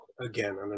again